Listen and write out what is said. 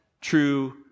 true